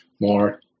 more